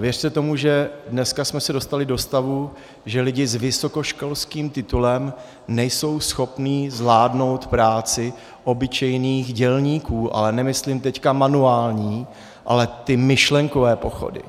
věřte tomu, že dneska jsme se dostali do stavu, že lidé s vysokoškolským titulem nejsou schopni zvládnout práci obyčejných dělníků, ale nemyslím teď manuální, ale ty myšlenkové pochody.